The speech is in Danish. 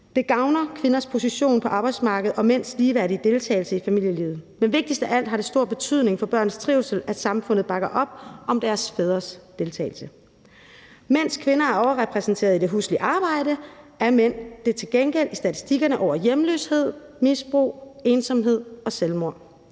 Det gavner kvinders position på arbejdsmarkedet og mænds ligeværdige deltagelse i familielivet, men vigtigst af alt har det stor betydning for børns trivsel, at samfundet bakker op om deres fædres deltagelse. Mens kvinder er overrepræsenteret i det huslige arbejde, er mænd det til gengæld i statistikkerne over hjemløshed, misbrug, ensomhed og selvmord.